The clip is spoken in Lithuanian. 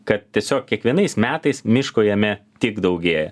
kad tiesiog kiekvienais metais miško jame tik daugėja